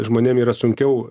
žmonėm yra sunkiau